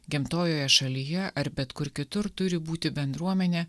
gimtojoje šalyje ar bet kur kitur turi būti bendruomenė